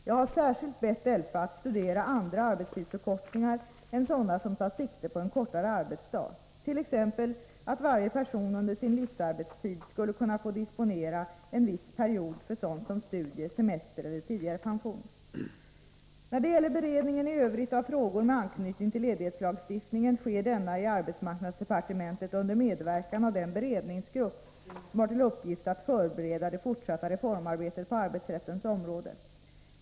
Jag har särskilt bett Delfa att studera andra arbetstidsförkortningar än sådana som tar sikte på en kortare arbetsdag, t.ex. att varje person under sin livsarbetstid skulle kunna få disponera en viss period för sådant som studier, semester eller tidigare pension. När det gäller beredningen i övrigt av frågor med anknytning till ledighetslagstiftningen sker denna i arbetsmarknadsdepartementet under medverkan av den beredningsgrupp som har till uppgift att förbereda det fortsatta reformarbetet på arbetsrättens område.